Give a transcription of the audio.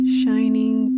shining